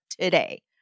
today